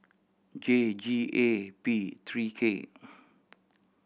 J G A P three K